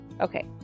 Okay